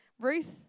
Ruth